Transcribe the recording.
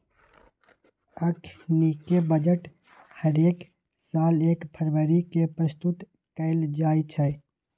अखनीके बजट हरेक साल एक फरवरी के प्रस्तुत कएल जाइ छइ